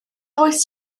oes